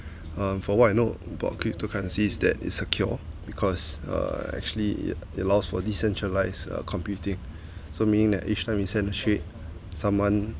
um for what you know about cryptocurrencies that is secure because uh actually it allows for decentralised computing so meaning that each time we sent a trade someone